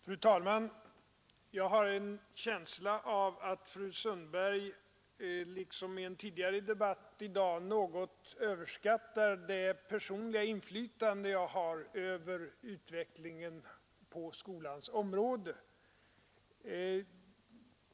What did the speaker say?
Fru talman! Jag har en känsla av att fru Sundberg liksom i en tidigare debatt i dag något överskattar det personliga inflytande jag har över utvecklingen på skolans område.